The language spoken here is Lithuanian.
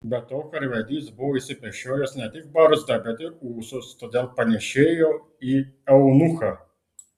be to karvedys buvo išsipešiojęs ne tik barzdą bet ir ūsus todėl panėšėjo į eunuchą